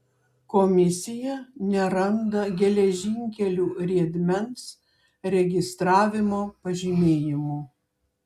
komisija neranda geležinkelių riedmens registravimo pažymėjimų